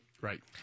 Right